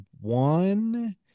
one